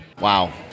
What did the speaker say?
Wow